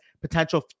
potential